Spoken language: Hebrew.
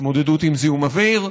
התמודדות עם זיהום אוויר,